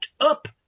up